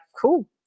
cool